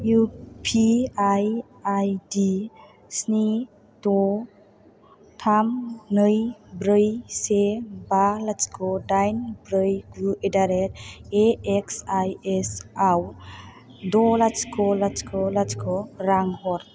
UPI ID स्नि द' थाम नै ब्रै से बा लाथिख' दाइन ब्रै गु एडारेट ए एक्स आइ एस आव द' लाथिख' लाथिख' लाथिख' रां हर